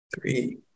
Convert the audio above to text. three